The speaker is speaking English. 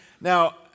now